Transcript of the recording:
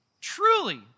Truly